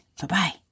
Bye-bye